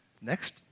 Next